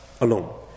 alone